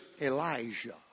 Elijah